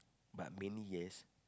but mainly yes